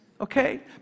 Okay